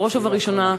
בראש ובראשונה,